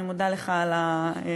אני מודה לך על העניין.